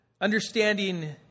Understanding